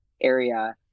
area